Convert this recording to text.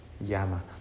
llama